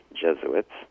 Jesuits